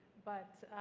but